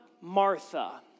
Martha